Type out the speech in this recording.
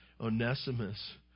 Onesimus